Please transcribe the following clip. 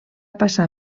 passar